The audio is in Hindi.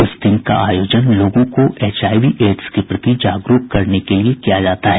इस दिन का आयोजन लोगों को एचआईवी एड्स के प्रति जागरूक करने के लिए किया जाता है